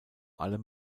allem